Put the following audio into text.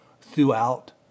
throughout